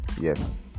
Yes